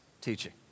teaching